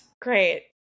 Great